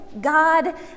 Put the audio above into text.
God